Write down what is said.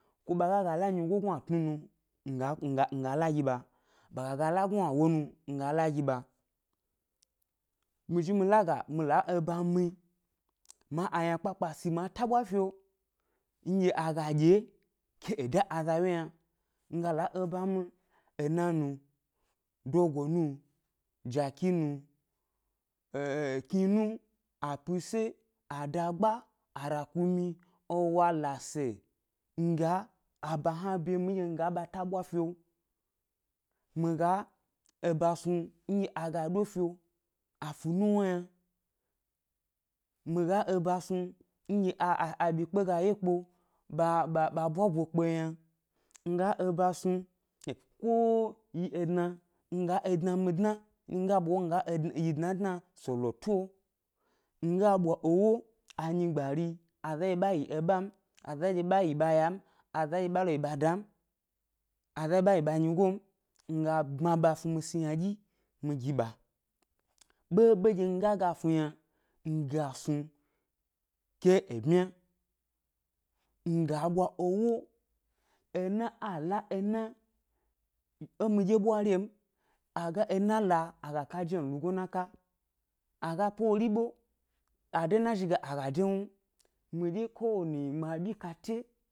Ko ɓa ga ga la nyigo gnuatnu nu, nga nga la gi ɓa, ɓa ga ga la gnuawo nu, mi ga la gi ɓa, mi zhi mi laga mi la eba mi ma aynakpakpa si ma taɓwa fi lo nɗye a ga ɗye ke da azaʻwye yna, mi ga la eba mi, ena nu, dogo nu, jaki nu, e e e nkinu, apise, adagba, arakumyi, ewa, lase, nga aba hna bye mi nɗye mi ga ba taɓwa fio, nga eba snu ndye aga ɗo fio a fu nuwna yna, mi ga eba snu nɗye a a aɓyikpe ga yekpeo ɓa bwabwe kpeo yna, nga ga eba snu hm ko yi edna nga edna mi dna nga bwa ʻwo nga yi dna dna solo tuo, nga bwa ewo anyigbari, azandye ba yi aɓa m, aza ye ɓa yi ɓa ʻya m, aza ye ba lo yi ɓa ʻda m, aza ɓa yi ɓa nyigo m, mi ga bma ɓa snu mi si ynaɗyi mi gi ɓa. Ɓeɓe ɗye mi ga ga snu yna, nga snu ke gi e bmya, nga bwa ena a ga la ena é miɗye bwari lo m, a ga ena la, a ga ka jen lugoyi na ka, a ga po wori ɓe ade na zhi ge a ga de wnu, miɗye kowani mi abyi kate